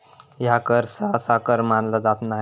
ह्या कर सहसा कर मानला जात नाय